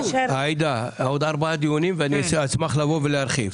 עאידה, עוד ארבעה דיונים ואני אשמח לבוא ולהרחיב.